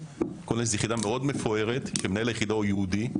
שהיא יחידה מאוד מפוארת ומנהל היחידה הוא יהודי,